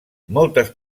moltes